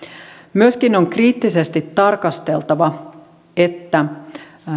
myöskin on kriittisesti tarkasteltava että